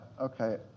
okay